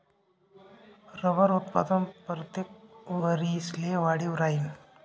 रबरनं उत्पादन परतेक वरिसले वाढी राहीनं